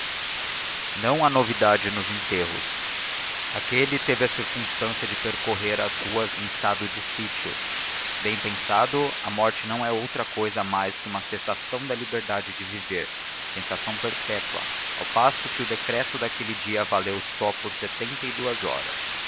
não há novidade nos enterros aquele teve a circunstância de percorrer as ruas em estado de sítio bem pensado a morte não é outra cousa mais que uma cessação da liberdade de viver cessação perpétua ao passo que o decreto daquele dia valeu só por setenta e duas horas